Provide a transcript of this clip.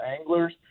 anglers